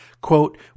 Quote